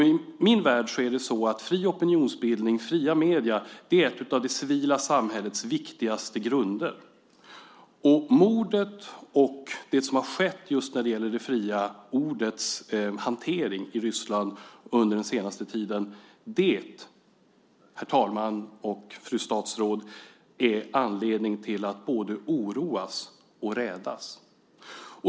I min värld är det så att fri opinionsbildning och fria medier är ett par av det civila samhällets viktigaste grunder. Mordet och det som har skett just när det gäller det fria ordets hantering i Ryssland under den senaste tiden - det, herr talman och fru statsråd, ger anledning till att både oroas och rädas.